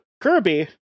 Kirby